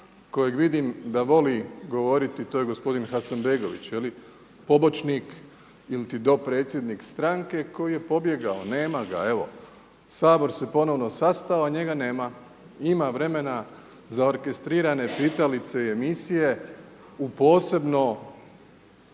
koji vidim da voli govoriti, to je gospodin Hasanbegović je li, pomoćnik ili ti dopredsjednik stranke koji je pobjegao, nema ga, evo Sabor se ponovno sastao, a njega nema. ima vremena za orkestrirane pitalice i emisije u posebno